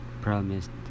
promised